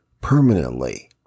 permanently